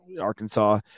Arkansas